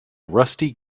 rusty